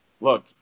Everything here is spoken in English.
look